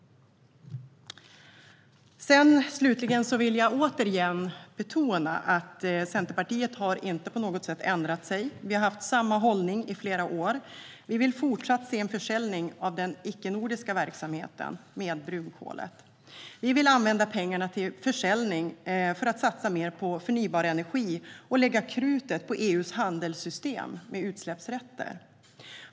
Jag vill återigen betona att Centerpartiet inte på något sätt har ändrat sig. Vi har haft samma hållning i flera år, och vi vill fortsatt se en försäljning av den icke-nordiska verksamheten med brunkol. Vi vill använda pengarna från en försäljning till att satsa mer på förnybar energi och lägga krutet på EU:s handelssystem med utsläppsrätter.